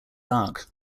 dark